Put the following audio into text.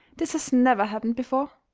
this has never happened before.